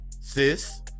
Sis